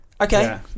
Okay